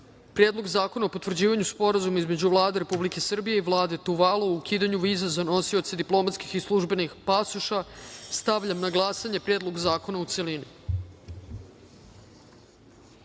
Predlog zakona o potvrđivanju Sporazuma između Vlade Republike Srbije i Vlade Tuvalu o ukidanju viza za nosioce diplomatskih i službenih pasoša. Stavljam na glasanje Predlog zakona u